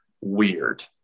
weird